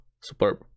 Superb